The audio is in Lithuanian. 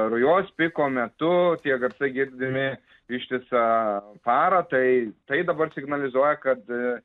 rujos piko metu tie garsai girdimi ištisą parą tai tai dabar signalizuoja kad